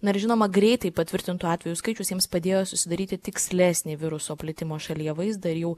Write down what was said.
na ir žinoma greitai patvirtintų atvejų skaičius jiems padėjo susidaryti tikslesnį viruso plitimo šalyje vaizdą ir jų